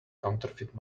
counterfeit